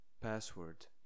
password